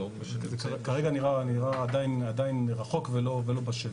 זה כרגע נראה עדיין רחוק ולא בשל.